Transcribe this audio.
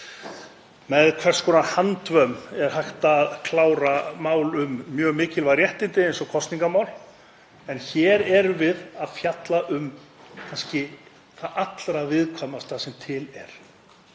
með hvers konar handvömm er hægt að klára mál um mjög mikilvæg réttindi eins og kosningamál. En hér erum við kannski að fjalla um það allra viðkvæmasta sem til er,